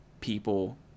people